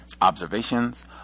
observations